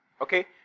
Okay